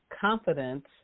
confidence